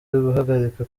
guhagarika